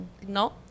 ¿no